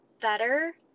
better